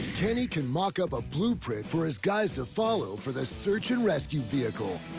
kenny can mock up a blueprint for his guys to follow for the search-and-rescue vehicle.